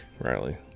Riley